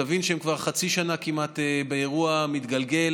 תבין שהם כבר חצי שנה כמעט באירוע מתגלגל,